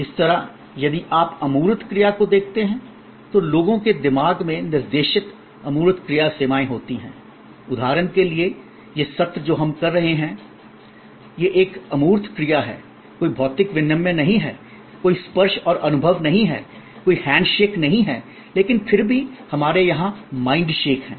इसी तरह यदि आप अमूर्त क्रिया को देखते हैं तो लोगों के दिमाग में निर्देशित अमूर्त क्रिया सेवाएं होती हैं उदाहरण के लिए यह सत्र जो हम कर रहे हैं यह एक अमूर्त क्रिया है कोई भौतिक विनिमय नहीं है कोई स्पर्श और अनुभव नहीं है कोई हैंड शेक नहीं है लेकिन फिर भी हमारे यहां माइंड शेक है